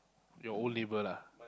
your own neighbor lah